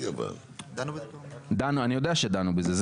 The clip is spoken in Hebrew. דנו אני יודע שדנו בזה,